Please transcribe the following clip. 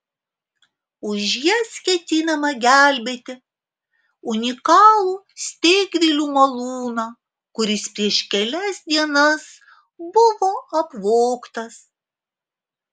už jas ketinama gelbėti unikalų steigvilių malūną kuris prieš kelias dienas buvo apvogtas